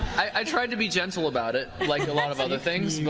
i try to be gentle about it, like a lot of other things. yeah